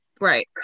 Right